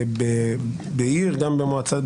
בעיר, גם במועצה.